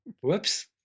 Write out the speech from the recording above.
Whoops